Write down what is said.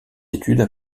études